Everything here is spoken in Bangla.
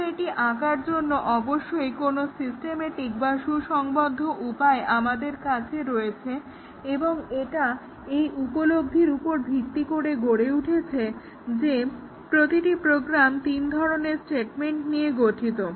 কিন্তু এটি আঁকার জন্য অবশ্যই কোনো সিস্টেমেটিক বা সুসংবদ্ধ উপায় আমাদের কাছে রয়েছে এবং এটা এই উপলব্ধির উপর ভিত্তি করে গড়ে উঠেছে যে প্রতিটি প্রোগ্রাম তিন ধরনের স্টেটমেন্ট নিয়ে গঠিত